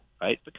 right